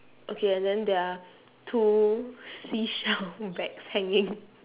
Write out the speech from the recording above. okay and then there are two seashell bags hanging